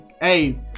hey